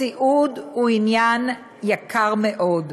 סיעוד הוא עניין יקר מאוד.